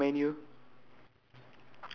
okay uh you know beside the menu